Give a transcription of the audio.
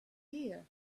here